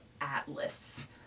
atlas